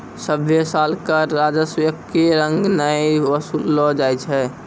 सभ्भे साल कर राजस्व एक्के रंग नै वसूललो जाय छै